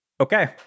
Okay